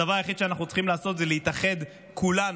הדבר היחיד שאנחנו צריכים לעשות זה להתאחד, כולנו,